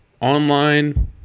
online